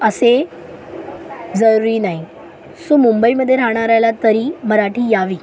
असे जरूरी नाही सो मुंबईमध्ये राहणाऱ्याला तरी मराठी यावी